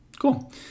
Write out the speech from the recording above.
Cool